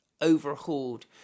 overhauled